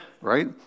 right